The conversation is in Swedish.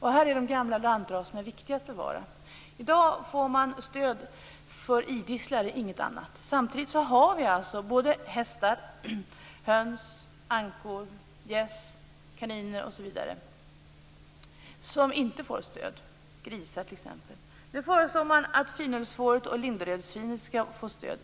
Här är det viktigt att bevara de gamla lantraserna. I dag får man stöd för idisslare - inget annat. Samtidigt får hästar, höns, ankor, gäss, kaniner osv. inte stöd. Det gäller också t.ex. grisar.